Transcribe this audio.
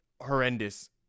horrendous